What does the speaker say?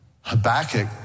Habakkuk